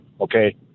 okay